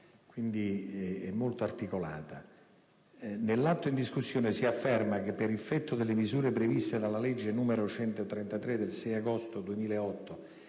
lunga e molto articolata. Nell'atto in discussione si afferma che per effetto delle misure previste dalla legge n. 133 del 6 agosto 2008